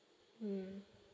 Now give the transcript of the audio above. mm